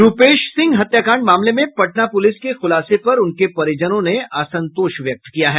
रूपेश सिंह हत्याकांड मामले में पटना पूलिस के खूलासे पर उनके परिजनों ने असंतोष व्यक्त किया है